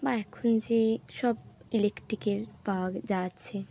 বা এখন যেসব ইলেকট্রিকের পাওয়া যাচ্ছে